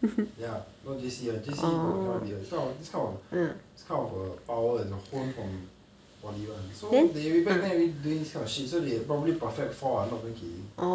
[what] ya not J_C one these kind of these kind of power is a from poly~ [one] so they back then already doing these kind of shit so they probably perfect four ah not even kidding